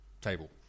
table